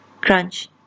crunch